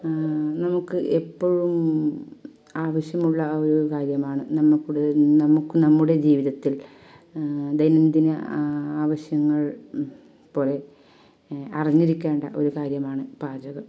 നമുക്ക് എപ്പോഴും ആവശ്യമുള്ള ഒരു കാര്യമാണ് നമുക്ക്ടെ നമുക്ക് നമ്മുടെ ജീവിതത്തിൽ ദൈനംദിന ആവശ്യങ്ങൾ പോലെ അറിഞ്ഞിരിക്കേണ്ട ഒരു കാര്യമാണ് പാചകം